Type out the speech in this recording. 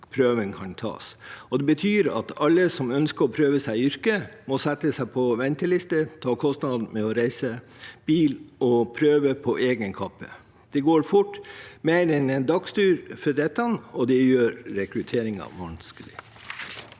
Det betyr at alle som ønsker å prøve seg i yrket, må sette seg på venteliste og ta kostnaden med reise, bil og prøve på egen kappe. Det går fort med mer enn en dagstur på dette, og det gjør rekrutteringen vanskelig.